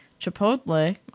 Chipotle